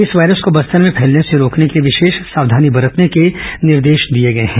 इस वायरस को बस्तर में फैलने से रोकने के लिए विशेष सावधानी बरतने के निर्देश दिए गए हैं